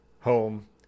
home